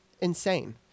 insane